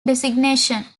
designation